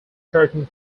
protein